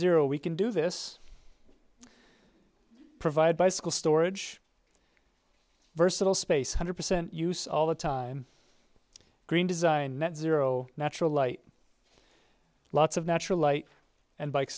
zero we can do this provide bicycle storage versatile space hundred percent use all the time green design meant zero natural light lots of natural light and bike